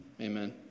Amen